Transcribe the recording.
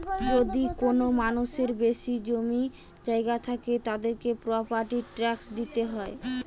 যদি কোনো মানুষের বেশি জমি জায়গা থাকে, তাদেরকে প্রপার্টি ট্যাক্স দিইতে হয়